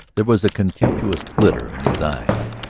there was a contemptuous glitter in his eyes.